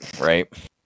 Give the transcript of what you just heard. right